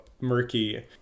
murky